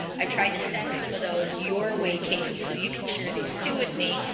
i tried to send some of those your way casey so you can share these too with me.